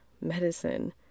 medicine